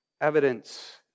Evidence